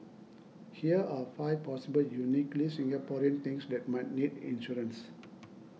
here are five possible uniquely Singaporean things that might need insurance